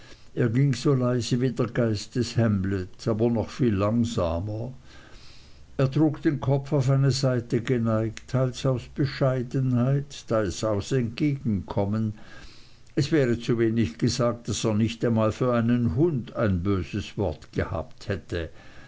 er ging so leise wie der geist des hamlet aber noch viel langsamer er trug den kopf auf eine seite geneigt teils aus bescheidenheit teils aus entgegenkommen es wäre zu wenig gesagt daß er nicht einmal für einen hund ein böses wort gehabt hätte